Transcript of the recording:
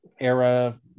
era